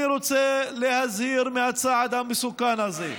אני רוצה להזהיר מהצעד המסוכן הזה.